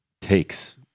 takes